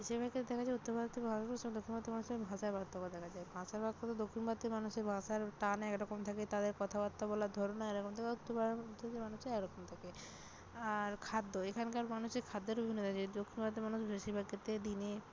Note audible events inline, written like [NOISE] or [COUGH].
সেভাবে দেখা যায় উত্তর ভারতের মানুষ ও দক্ষিণ ভারতের মানুষের ভাষায় পার্থক্য দেখা যায় ভাষার পার্থক্য দক্ষিণ ভারতের মানুষের ভাষার টান এক রকম থাকে তাদের কথাবার্তা বলার ধরন আরেক রকম থাকে এবং উত্তর ভারতে মানুষের এক রকম থাকে আর খাদ্য এখানকার মানুষের খাদ্যের বিভিন্নতা [UNINTELLIGIBLE] দক্ষিণ ভারতের মানুষ বেশিরভাগ ক্ষেত্রে দিনে